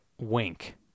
wink